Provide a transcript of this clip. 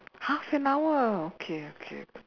half and hour okay okay